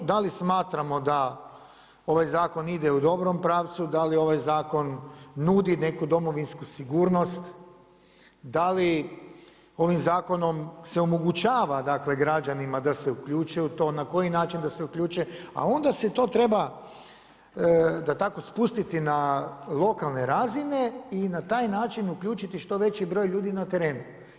Da li smatramo da ovaj zakon ide u dobrom pravcu, da li ovaj zakon nudi neku domovinsku sigurnost, da li ovim zakonom se omogućava dakle građanima da se uključe u to, na koji način da se uključe, a onda se to treba da tako spustiti na lokalne razine i na taj način uključiti što veći broj ljudi na terenu.